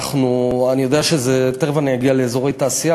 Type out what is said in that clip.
אנחנו, אני יודע שזה, תכף אני אגיע לאזורי תעשייה,